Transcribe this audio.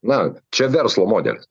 na čia verslo modelis